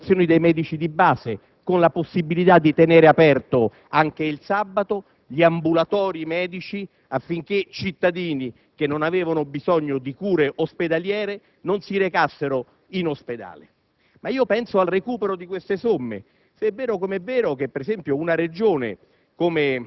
bianchi; tale operazione si poteva concludere con un accordo forte con le associazioni dei medici di base, prevedendo la possibilità di tenere aperti anche il sabato gli ambulatori medici affinché cittadini, che non avevano bisogno di cure ospedaliere, non si recassero in ospedale.